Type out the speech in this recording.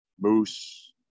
Moose